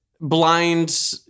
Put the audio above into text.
blind